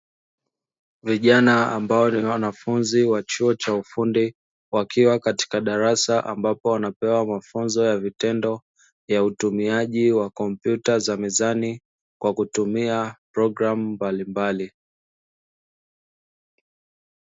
Vijana ambao ni wanafunzi wa chuo cha ufundi, wakiwa katika darasa ambapo wanapewa mafunzo ya vitendo ya utumiaji wa kompyuta za mezani, kwa kutumia programu mbalimbali.